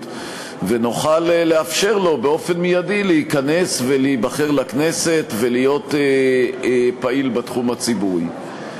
ונוכל לאפשר לו להיכנס מייד ולהיבחר לכנסת ולהיות פעיל בתחום הציבורי.